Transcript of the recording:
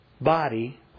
body